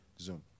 zoom